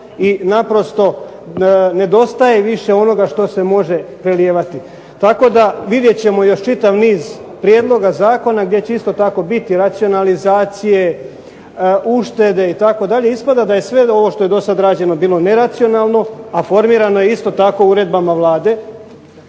i naprosto nedostaje više onoga što se može prelijevati. Tako da vidjet ćemo još čitav niz prijedloga zakona gdje će isto tako biti racionalizacije, uštede itd., ispada da sve ovo što je bilo rađeno do sada bilo neracionalno a formirano je isto tako uredbama Vlade,